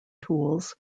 tools